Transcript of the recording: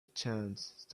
chance